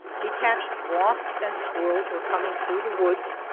detached wafts and swirls were coming through the woods,